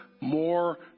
more